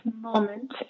moment